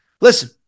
listen